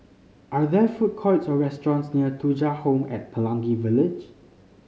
are there food courts or restaurants near Thuja Home at Pelangi Village